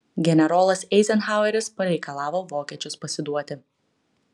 generolas eizenhaueris pareikalavo vokiečius pasiduoti